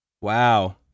Wow